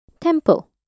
temple